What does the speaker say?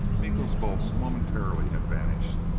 miko's bolts momentarily had vanished.